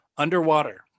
Underwater